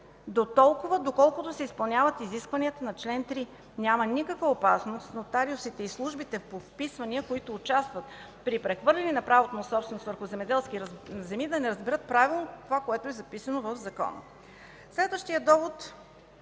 уточнения, доколкото се изпълняват изискванията на чл. 3. Няма никаква опасност нотариусите и службите по вписванията, участващи при прехвърлянето на правото на собственост върху земеделски земи, да не разберат правилно това, което е записано в закона. Следващият довод,